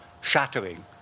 shattering